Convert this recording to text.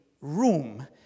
room